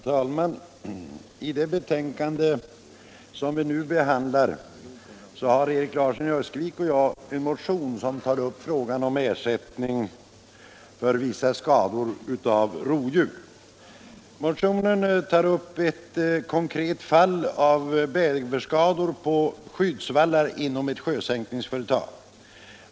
Herr talman! I det betänkande som vi nu debatterar behandlas en motion av Erik Larsson i Öskevik och mig, som tar upp frågan om ersättning för vissa skador förorsakade av vilt. Motionen tar upp ett fall av bäverskador på skyddsvallar inom ett sjösänkningsföretag.